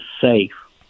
safe